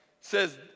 says